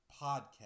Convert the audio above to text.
Podcast